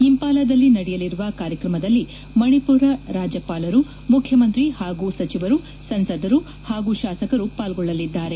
ಇಂಪಾಲದಲ್ಲಿ ನಡೆಯಲಿರುವ ಕಾರ್ಯಕ್ರಮದಲ್ಲಿ ಮಣಿಪುರ ರಾಜ್ಯಪಾಲರು ಮುಖ್ಯಮಂತ್ರಿ ಹಾಗೂ ಸಚಿವರು ಸಂಸದರು ಹಾಗೂ ಶಾಸಕರು ಪಾಲ್ಗೊಳ್ಳಲಿದ್ದಾರೆ